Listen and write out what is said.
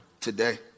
Today